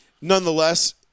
nonetheless